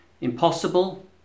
Impossible